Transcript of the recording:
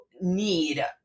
need